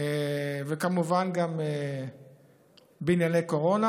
וכמובן גם בענייני קורונה.